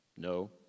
No